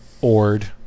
Ord